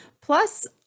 plus